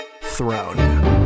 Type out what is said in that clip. Throne